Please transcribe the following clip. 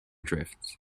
drifts